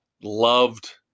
loved